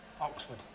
Oxford